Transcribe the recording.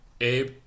Abe